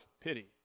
pity